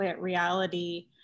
reality